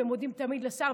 ומודים תמיד לשר,